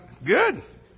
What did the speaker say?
Good